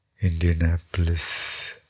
Indianapolis